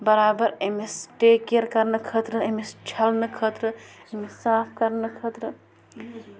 بَرابَر أمِس take care کَرنہٕ خٲطرٕ أمِس چھَلنہٕ خٲطرٕ أمِس صاف کَرنہٕ خٲطرٕ